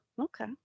okay